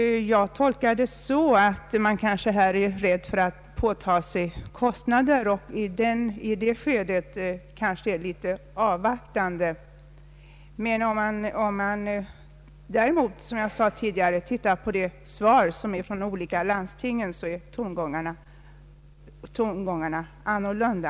Jag tolkar det så att man kanske är rädd för att ta på sig kostnader och i detta skede är litet avvaktande. Om vi däremot, som jag sade tidigare, ser på de svar som kommit från de olika landstingen, finner vi att tongångarna är annorlunda.